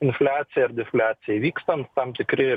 infliacijai ar defliacijai vykstant tam tikri